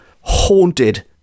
haunted